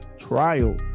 Trial